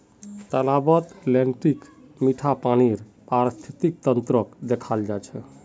तालाबत लेन्टीक मीठा पानीर पारिस्थितिक तंत्रक देखाल जा छे